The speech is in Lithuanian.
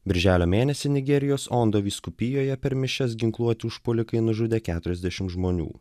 birželio mėnesį nigerijos ondo vyskupijoje per mišias ginkluoti užpuolikai nužudė keturiasdešim žmonių